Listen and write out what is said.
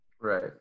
Right